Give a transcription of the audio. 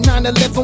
9-11